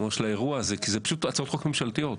זה פשוט הצעות חוק ממשלתיות,